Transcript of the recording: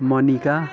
Manika